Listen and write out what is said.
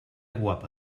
guapa